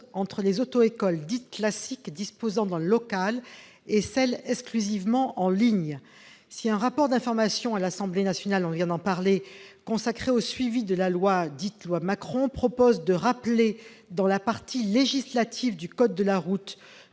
entre les auto-écoles dites classiques, disposant d'un local, et celles qui opèrent exclusivement en ligne. Si un rapport d'information de l'Assemblée nationale consacré au suivi de la loi dite Macron propose de rappeler dans la partie législative du code de la route